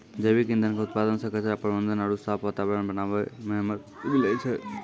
जैविक ईंधन के उत्पादन से कचरा प्रबंधन आरु साफ वातावरण बनाबै मे मदत मिलै छै